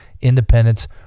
independence